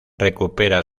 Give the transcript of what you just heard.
recupera